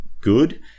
good